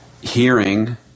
hearing